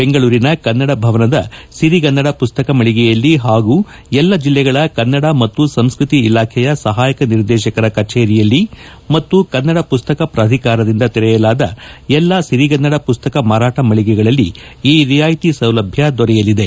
ಬೆಂಗಳೂರಿನ ಕನ್ನಡ ಭವನದ ಸಿರಿಗನ್ನಡ ಪುಸ್ತಕ ಮಳಿಗೆಯಲ್ಲಿ ಹಾಗೂ ಎಲ್ಲಾ ಜಿಲ್ಲೆಗಳ ಕನ್ನಡ ಮತ್ತು ಸಂಸ್ಕತಿ ಇಲಾಖೆಯ ಸಹಾಯಕ ನಿರ್ದೇಶಕರ ಕಚೇರಿಯಲ್ಲಿ ಹಾಗೂ ಕನ್ನಡ ಪುಸ್ತಕ ಪ್ರಾಧಿಕಾರದಿಂದ ತೆರೆಯಲಾದ ಎಲ್ಲಾ ಸಿರಿಗನ್ನಡ ಪುಸ್ತಕ ಮಾರಾಟ ಮಳಿಗೆಗಳಲ್ಲಿ ಈ ರಿಯಾಯಿತಿ ಸೌಲಭ್ಯ ದೊರೆಯಲಿದೆ